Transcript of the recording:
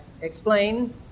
explain